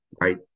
right